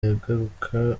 yagaruka